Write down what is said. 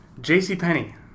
JCPenney